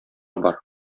бар